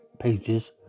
pages